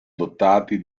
dotati